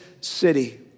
city